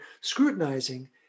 scrutinizing